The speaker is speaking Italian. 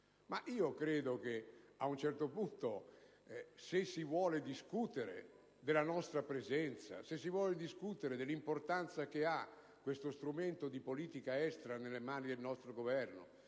Credo che, se si vuole discutere della nostra presenza, occorra discutere dell'importanza che ha questo strumento di politica estera nelle mani del nostro Governo,